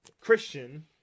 Christian